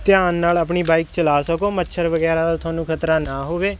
ਧਿਆਨ ਨਾਲ ਆਪਣੀ ਬਾਈਕ ਚਲਾ ਸਕੋ ਮੱਛਰ ਵਗੈਰਾ ਦਾ ਤੁਹਾਨੂੰ ਖਤਰਾ ਨਾ ਹੋਵੇ